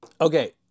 Okay